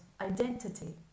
identity